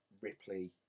Ripley